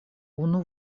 unu